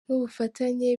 n’ubufatanye